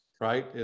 Right